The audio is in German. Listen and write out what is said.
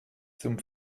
zum